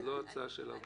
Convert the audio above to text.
זו עוד לא הצעה של הוועדה.